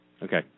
Okay